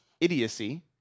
idiocy